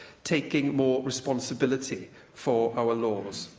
taking more responsibility for our laws.